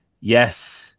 yes